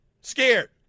scared